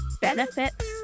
benefits